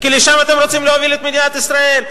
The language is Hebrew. כי לשם אתם רוצים להוביל את מדינת ישראל.